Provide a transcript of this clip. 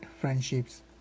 friendships